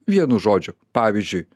vienu žodžiu pavyzdžiui